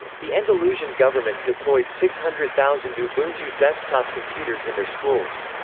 the andalusian government deployed six hundred thousand ubuntu desktop computers in their schools.